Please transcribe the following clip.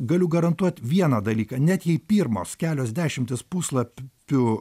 galiu garantuot vieną dalyką net jei pirmos kelios dešimtys puslappių